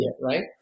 right